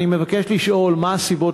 אני מבקש לשאול: 1. מה הן הסיבות